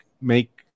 make